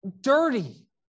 dirty